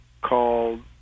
called